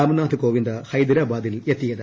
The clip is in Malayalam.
രാംനാഥ് കോവിന്ദ് ഹൈദരാബാദിലെത്തിയത്